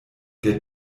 der